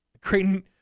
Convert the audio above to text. Creighton